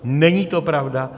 Není to pravda.